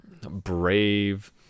Brave